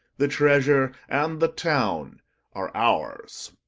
the treasure, and the town are ours.